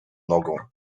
nogą